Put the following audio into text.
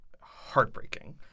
heartbreaking